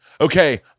okay